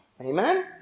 Amen